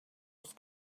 was